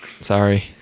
Sorry